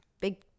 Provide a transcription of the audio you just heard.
big